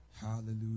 Hallelujah